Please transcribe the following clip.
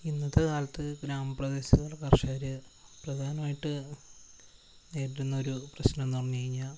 ഇന്നത്തക്കാലത്ത് ഗ്രാമപ്രദേശത്തുള്ള കർഷകർ പ്രധാനമായിട്ട് നേരിടുന്ന ഒരു പ്രശ്നം എന്ന് പറഞ്ഞു കഴിഞ്ഞാൽ